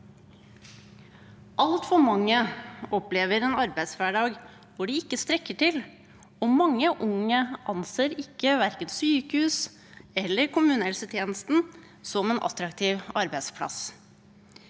Altfor mange opplever en arbeidshverdag der de ikke strekker til, og mange unge anser ikke verken sykehus eller kommunehelsetjenesten som en attraktiv arbeidsplass.